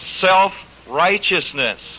self-righteousness